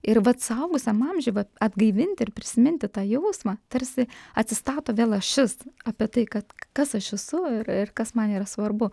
ir vat suaugusiam amžiuj va atgaivinti ir prisiminti tą jausmą tarsi atsistato vėl ašis apie tai kad kas aš esu ir ir kas man yra svarbu